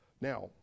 Now